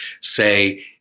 say